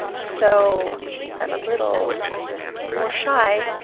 so i'm a little more shy.